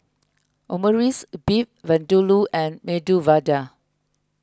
Omurice Beef Vindaloo and Medu Vada